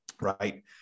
right